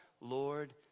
Lord